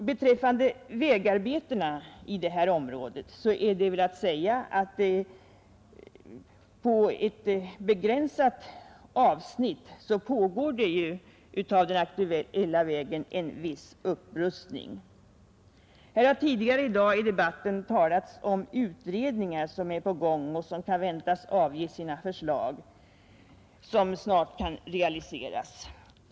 Beträffande vägarbetena i det här området kan sägas att det på ett begränsat avsnitt av den aktuella vägen pågår en viss upprustning. Här har tidigare i dag i debatten talats om pågående utredningar, som kan väntas avge förslag vilka snabbt skulle kunna förverkligas.